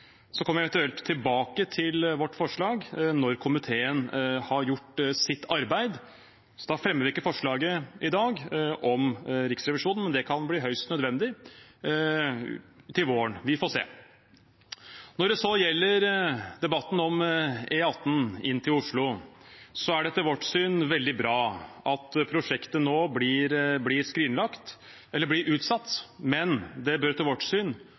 så da fremmer jeg ikke forslaget om Riksrevisjonen i dag. Men det kan bli høyst nødvendig til våren – vi får se. Når det så gjelder debatten om E18 inn til Oslo, er det etter vårt syn veldig bra at prosjektet nå blir utsatt, men det bør etter vårt syn